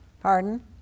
Pardon